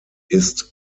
ist